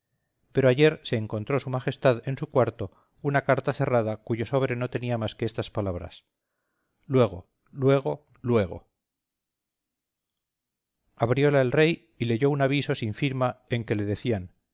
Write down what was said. pero ayer se encontró s m en su cuarto una carta cerrada cuyo sobre no tenía más que estas palabras luego luego luego abrióla el rey y leyó un aviso sin firma en que le decían